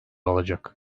alacak